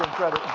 credit.